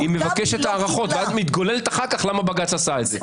היא מבקשת הארכות ואז אחר כך היא מתגוללת למה בג"צ עשה את זה.